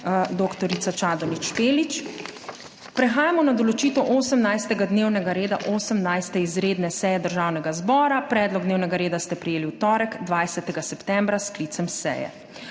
dr. Čadonič Špelič. Prehajamo na določitev dnevnega reda 18. izredne seje Državnega zbora. Predlog dnevnega reda ste prejeli v torek, 20. septembra, s sklicem seje.